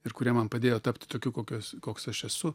ir kurie man padėjo tapti tokiu kokiu koks aš esu